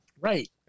right